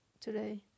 today